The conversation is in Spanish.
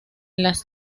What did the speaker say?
las